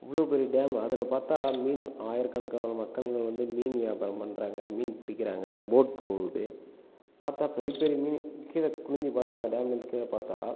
அவ்வளோ பெரிய டேம் அதில் பார்த்தால் மீன் ஆயிரக்கணக்கான மக்கள்கள் வந்து மீன் வியாபாரம் பண்ணுறாங்க மீன் பிடிக்கிறாங்க போட் போகுது பார்த்தால் பெரிய பெரிய மீனு கீழே குனிஞ்சு பார்த்தால் அந்த டேமுக்கு கீழே பார்த்தால்